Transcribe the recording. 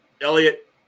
Elliot